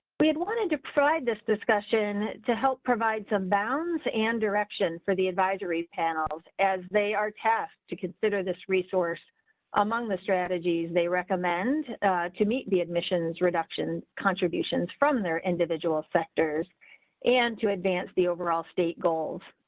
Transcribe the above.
we had wanted to pride this discussion to help provide some bounds and direction for the advisory panels as they are tasked to consider this resource among the strategies they recommend to meet the admissions reduction contributions from their individual sectors and to advance the overall state goals.